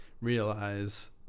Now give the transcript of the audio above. realize